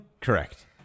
correct